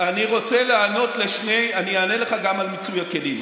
אני אענה לך גם על מיצוי הכלים.